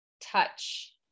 touch